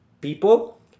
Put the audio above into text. people